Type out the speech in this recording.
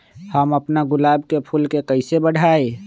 हम अपना गुलाब के फूल के कईसे बढ़ाई?